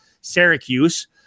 Syracuse